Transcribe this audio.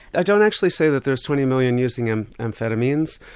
i don't actually say that there's twenty million using and amphetamines.